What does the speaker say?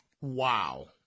Wow